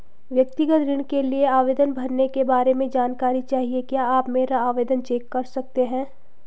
व्यक्तिगत ऋण के लिए आवेदन भरने के बारे में जानकारी चाहिए क्या आप मेरा आवेदन चेक कर सकते हैं?